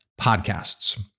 podcasts